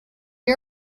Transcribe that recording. you